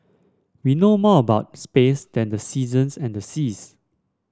we know more about space than the seasons and the seas